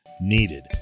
needed